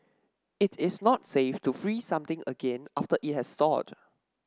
it is not safe to freeze something again after it has thawed